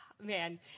Man